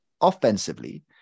offensively